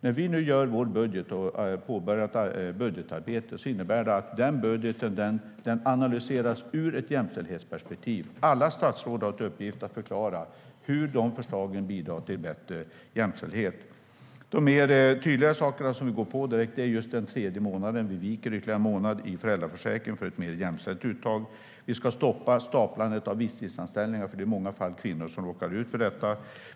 När vi nu har påbörjat budgetarbetet innebär det att budgeten analyseras ur ett jämställdhetsperspektiv. Alla statsråd har till uppgift att förklara hur förslagen bidrar till bättre jämställdhet. En av de mer tydliga saker vi går på direkt är den tredje månaden i föräldraförsäkringen - vi viker alltså ytterligare en månad för ett mer jämställt uttag. Vi ska också stoppa staplandet av visstidsanställningar, för det är i många fall kvinnor som råkar ut för detta.